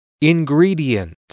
Ingredient